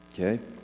Okay